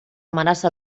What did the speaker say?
amenaça